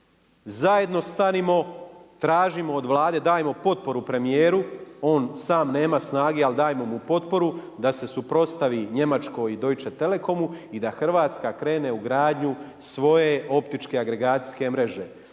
zajedno stanimo tražimo od Vlade, dajmo potporu premijeru, on sam nema snage ali dajmo mu potporu da se suprotstavi Njemačkoj i Deutsche Telekomu i da Hrvatska krene u gradnju svoje optičke agregacijske mreže.